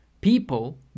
People